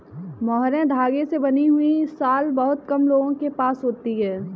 mohair धागे से बनी हुई शॉल बहुत कम लोगों के पास होती है